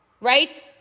right